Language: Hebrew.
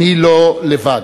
אני לא לבד.